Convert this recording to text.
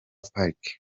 parike